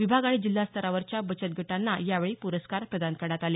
विभाग आणि जिल्हा स्तरावरच्या बचत गटांना यावेळी पुरस्कार प्रदान करण्यात आले